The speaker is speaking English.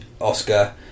Oscar